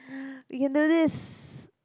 we can do this